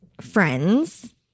friends